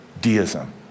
deism